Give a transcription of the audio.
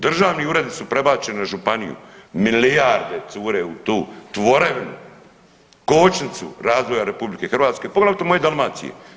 Državni uredi su prebačeni na županiju, milijarde cure u tu tvorevinu, kočnicu razvoja RH, poglavito moje Dalmacije.